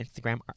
Instagram